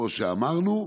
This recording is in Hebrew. כמו שאמרנו.